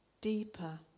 deeper